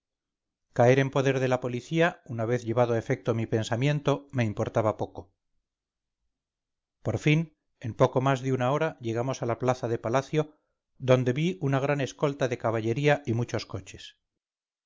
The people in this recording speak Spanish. caer en poder de la policía una vez llevado a efecto mi pensamiento me importaba poco por fin en poco más de una hora llegamos a la plaza de palacio donde vi una gran escolta de caballería y muchos coches